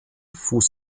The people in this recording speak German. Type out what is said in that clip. fuß